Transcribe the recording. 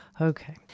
Okay